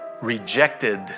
rejected